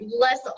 less